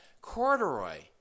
Corduroy